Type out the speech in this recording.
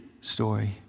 story